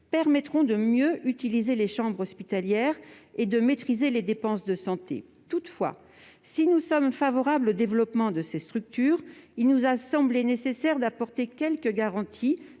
permettront de mieux utiliser les chambres hospitalières et de maîtriser les dépenses de santé. Toutefois, si nous sommes favorables au développement de ces structures, il nous a semblé nécessaire d'apporter quelques garanties